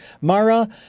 Mara